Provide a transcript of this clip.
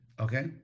Okay